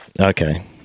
Okay